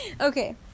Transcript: okay